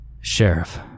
Sheriff